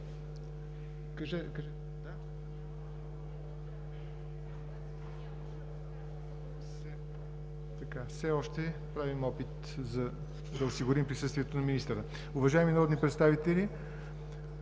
присъства? Все още правим опит да осигурим присъствието на министъра. Уважаеми народни представители,